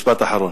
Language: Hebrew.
משפט אחרון.